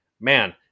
man